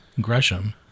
Gresham